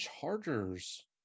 Chargers